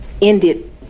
ended